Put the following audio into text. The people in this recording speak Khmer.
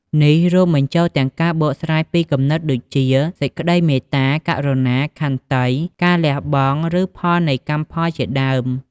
នេះរួមបញ្ចូលទាំងការបកស្រាយពីគំនិតដូចជា សេចក្តីមេត្តា ករុណា ខន្តី ការលះបង់ ឬផលនៃកម្មផលជាដើម។